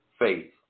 faith